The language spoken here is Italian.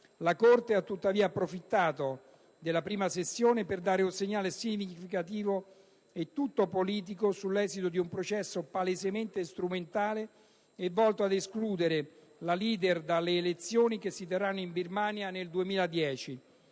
La corte ha, tuttavia, approfittato della prima sessione per dare un segnale significativo e tutto politico sull'esito di un processo palesemente strumentale e volto ad escludere la leader dalle elezioni che si terranno in Birmania nel 2010: